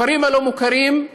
הכפרים הלא-מוכרים,